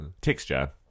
texture